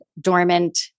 dormant